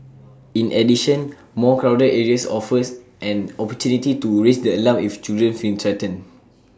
in addition more crowded areas offers an opportunity to raise the alarm if children feel threatened